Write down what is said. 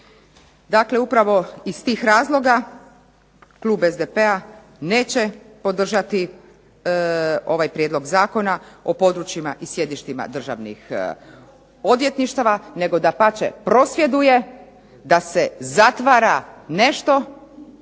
Dakle, upravo iz tih razloga klub SDP-a neće podržati ovaj prijedlog Zakona o područjima i sjedištima državnih odvjetništava nego dapače prosvjeduje da se zatvara nešto